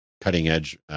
cutting-edge